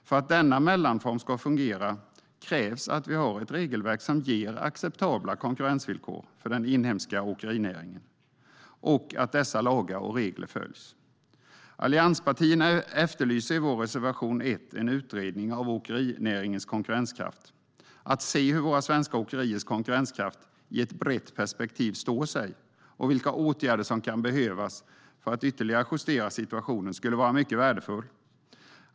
För att denna mellanform ska fungera krävs det att vi har ett regelverk som ger acceptabla konkurrensvillkor för den inhemska åkerinäringen och att dessa lagar och regler följs. Allianspartierna efterlyser i sin reservation 1 en utredning av åkerinäringens konkurrenskraft. Att se hur våra svenska åkeriers konkurrenskraft i ett brett perspektiv står sig och vilka åtgärder som kan behövas för att ytterligare justera situationen skulle vara mycket värdefullt.